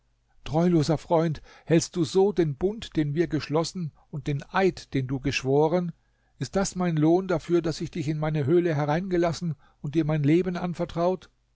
treuloser freund hältst du so den bund den wir geschlossen und den eid den du geschworen ist das mein lohn dafür daß ich dich in meine höhle hereingelassen und dir mein leben anvertraut